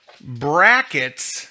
brackets